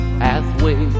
pathway